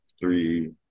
three